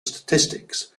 statistics